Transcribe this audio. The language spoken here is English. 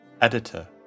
editor